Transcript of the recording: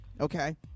Okay